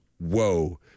Whoa